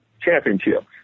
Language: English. championships